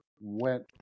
went